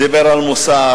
דיבר על מוסר,